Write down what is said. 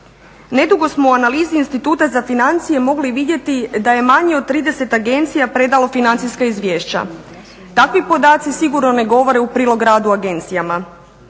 Nedugo smo u analizi Instituta za financije mogli vidjeti da je manje od 30 agencija predalo financijska izvješća. Takvi podaci sigurno ne govore u prilog radu agencijama.